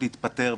אז תודה רבה.